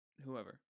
whoever